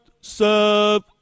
serve